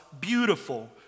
beautiful